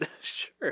Sure